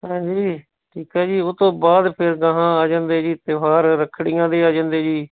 ਹਾਂਜੀ ਠੀਕ ਹੈ ਜੀ ਉਹ ਤੋਂ ਬਾਅਦ ਫਿਰ ਗਾਹਾ ਆ ਜਾਂਦੇ ਜੀ ਤਿਉਹਾਰ ਰੱਖੜੀਆਂ ਦੇ ਆ ਜਾਂਦੇ ਜੀ